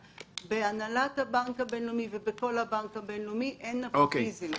בהנהלת בנק בינלאומי ובכל בנק בינלאומי אין נפוטיזם.